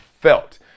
felt